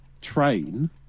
train